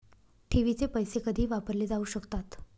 ठेवीचे पैसे कधीही वापरले जाऊ शकतात